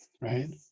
right